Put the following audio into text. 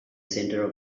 center